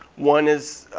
one is,